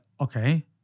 okay